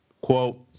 quote